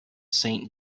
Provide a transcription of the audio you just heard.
saint